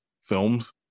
films